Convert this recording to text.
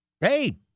Hey